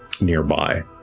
nearby